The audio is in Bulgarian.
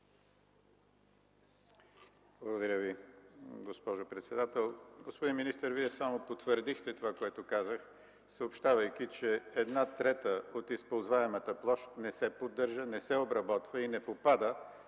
Благодаря Ви, госпожо председател. Господин министър, Вие само потвърдихте това, което казах, съобщавайки, че една трета от използваемата площ не се поддържа, не се обработва и не попада